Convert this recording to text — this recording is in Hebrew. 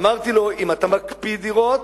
אמרתי לו: אם אתה מקפיא דירות,